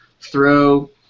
throw